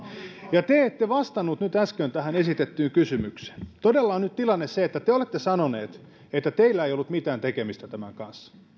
ja te ette äsken vastannut tähän esitettyyn kysymykseen todella on nyt tilanne se että te te olette sanonut että teillä ei ollut mitään tekemistä tämän kanssa